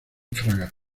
fraga